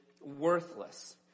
worthless